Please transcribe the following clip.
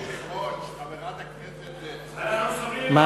אדוני היושב-ראש, חברת הכנסת מרב,